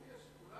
מה פתאום.